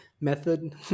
method